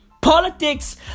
Politics